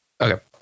okay